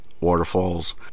waterfalls